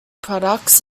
products